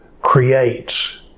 creates